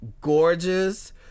gorgeous